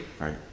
right